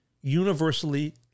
universally